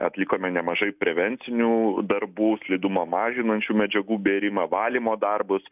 atlikome nemažai prevencinių darbų slidumą mažinančių medžiagų bėrimą valymo darbus